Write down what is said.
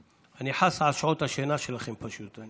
אני חס על שעות השינה שלכם, פשוט.